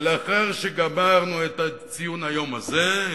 ולאחר שגמרנו את ציון היום הזה,